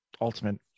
ultimate